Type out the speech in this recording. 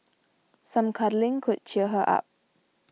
some cuddling could cheer her up